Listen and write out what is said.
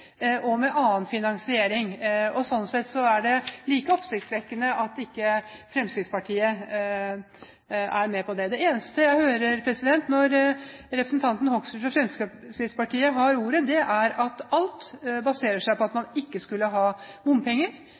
og med annen finansiering. Sånn sett er det like oppsiktsvekkende at ikke Fremskrittspartiet er med på det. Det eneste jeg hører når representanten Hoksrud fra Fremskrittspartiet har ordet, er at alt baserer seg på at man ikke skal ha bompenger.